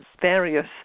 various